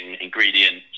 ingredients